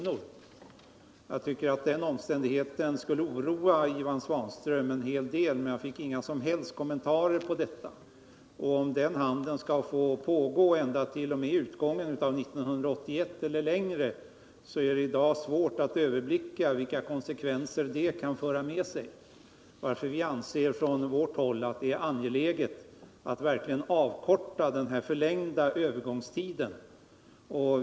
Jag hade trott att den omständigheten skulle oroa Ivan Svanström en hel del, men jag fick inga som helst kommentarer till denna företeelse. Om denna handel skall få pågå t.o.m. utgången av 1981 eller ändå längre, är det i dag svårt att överblicka vilka konsekvenser det kan föra med sig, varför vi på vårt håll anser det angeläget att avkorta den förlängda övergångstiden.